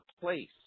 place